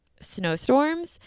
snowstorms